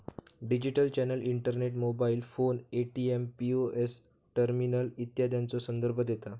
digital channel internet, mobile phone, ATM, POS terminal इत्यादीचो संदर्भ देता